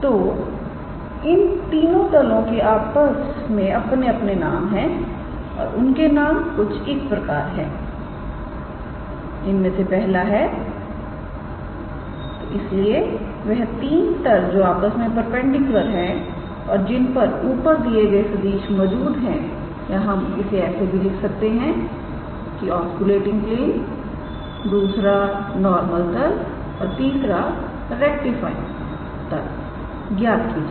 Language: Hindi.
तो इन तीनों तलों के अपने अपने नाम है और उनके नाम कुछ इस प्रकार है इनमें से पहला है तो इसलिए वह तीन तल जो आपस में परपेंडिकुलर है और जिन पर ऊपर दिए गए सदिश मौजूद हैं या हम ऐसे भी लिख सकते हैं कि ऑस्कुलेटिंग तलदूसरा नॉर्मल तल और तीसरारेक्टिफाइंग तल ज्ञात कीजिए